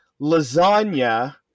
lasagna